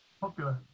popular